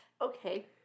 okay